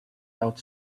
out